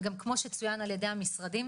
וגם כמו שצוין על ידי המשרדים.